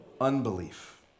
Unbelief